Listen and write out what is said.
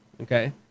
Okay